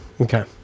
Okay